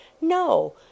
no